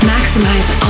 Maximize